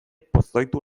pozoitu